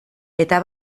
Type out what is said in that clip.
eta